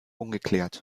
ungeklärt